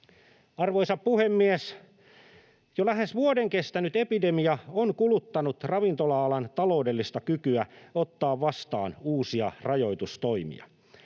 Arvoisa puhemies! Jo lähes vuoden kestänyt epidemia on kuluttanut ravintola-alan taloudellista kykyä ottaa vastaan uusia rajoitustoimia.